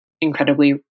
incredibly